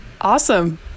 Awesome